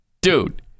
Dude